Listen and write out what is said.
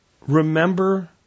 remember